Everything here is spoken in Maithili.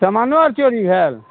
समानो आर चोरी भेल